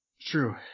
True